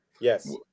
Yes